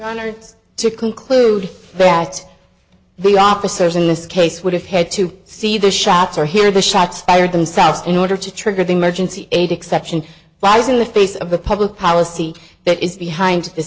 about to conclude that the officers in this case would have had to see the shots or hear the shots fired themselves in order to trigger the emergency aid exception flies in the face of the public policy that is behind this